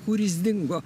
kur jis dingo